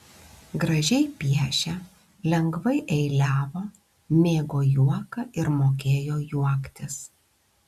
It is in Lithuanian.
gražiai piešė lengvai eiliavo mėgo juoką ir mokėjo juoktis